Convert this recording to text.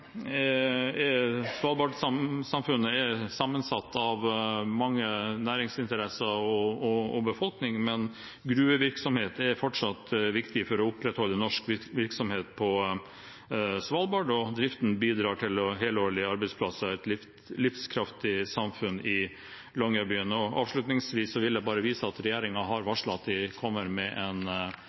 Svalbard, og driften bidrar til helårige arbeidsplasser og et livskraftig samfunn i Longyearbyen. Avslutningsvis vil jeg bare vise til at regjeringen har varslet at den kommer med en